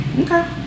okay